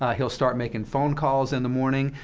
ah he'll start making phone calls in the morning.